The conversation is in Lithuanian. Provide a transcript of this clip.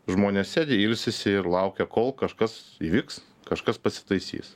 žmonės sėdi ilsisi ir laukia kol kažkas įvyks kažkas pasitaisys